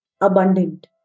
Abundant